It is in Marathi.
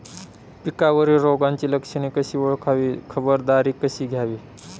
पिकावरील रोगाची लक्षणे कशी ओळखावी, खबरदारी कशी घ्यावी?